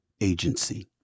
Agency